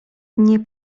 nie